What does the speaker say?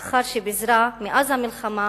לאחר שפיזרה מאז המלחמה